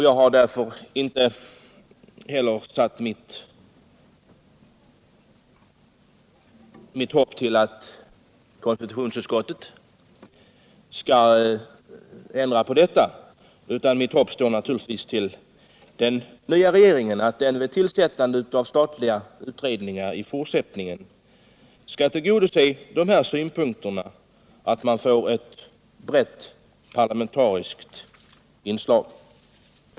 Jag har därför inte heller satt mitt hopp till att konstitutionsutskottet skall ändra på denna praxis, utan mitt hopp står naturligtvis till att den nya regeringen vid tillsättande av statliga utredningar i fortsättningen skall tillgodose dessa synpunkter, så att utredningarna åter får ett brett parlamentariskt inslag.